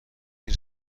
این